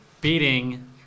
beating